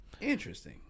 Interesting